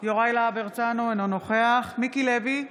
יוראי להב הרצנו, אינו נוכח מיקי לוי,